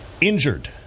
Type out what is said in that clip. injured